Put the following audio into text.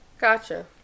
Gotcha